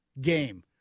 game